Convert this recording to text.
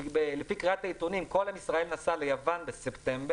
שלפי קריאת העיתונים כל עם ישראל נסע ליוון בספטמבר,